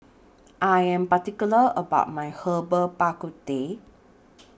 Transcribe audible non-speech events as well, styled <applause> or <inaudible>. <noise> I Am particular about My Herbal Bak Ku Teh